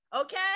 Okay